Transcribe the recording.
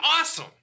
awesome